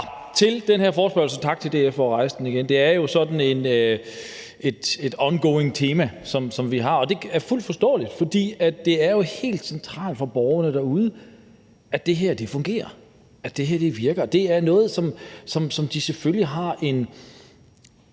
Så til den her forespørgsel. Tak til DF for at rejse den igen. Det er jo sådan et ongoing tema, som vi har, og det er fuldt forståeligt, fordi det jo er helt centralt for borgerne derude, at det her fungerer, og at det her virker. Vi har en forpligtelse til, at det